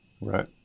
Right